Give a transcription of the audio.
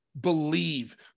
believe